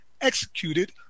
executed